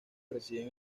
residen